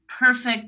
perfect